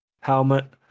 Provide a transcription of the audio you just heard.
helmet